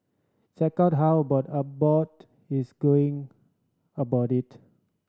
check out how about Abbott is going about it